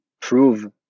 prove